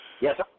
Yes